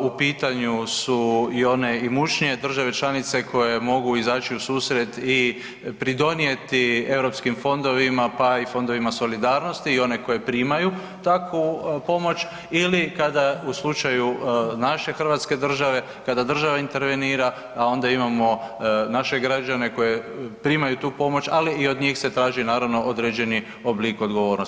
u pitanju su i one imućnije države članice koje mogu izaći u susret i pridonijeti Europskim fondovima pa i fondovima solidarnosti i one koje primaju takvu pomoć ili kada u slučaju naše hrvatske države, kada država intervenira, a ona imamo naše građane koji primaju tu pomoć, ali i od njih se traži naravno određeni oblik odgovornosti.